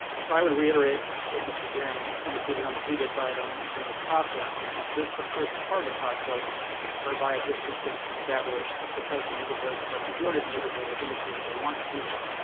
so i would reiterate what mr. jerram indicated on the previous item in terms of process. this is just the first part of the process whereby a district gets established because the neighborhood or a majority of the neighborhood has indicated they want to do that.